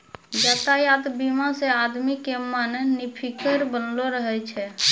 यातायात बीमा से आदमी के मन निफिकीर बनलो रहै छै